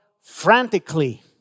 frantically